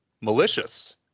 malicious